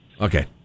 Okay